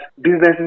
businesses